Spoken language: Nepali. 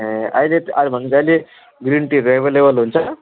ए अहिले चाहिँ अब झन् जहिले ग्रिन टीहरू एभाइलेबल हुन्छ